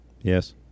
Yes